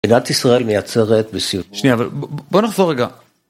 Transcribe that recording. מדינת ישראל מייצרת בסיוט. שנייה, בוא נחזור רגע.